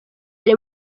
bari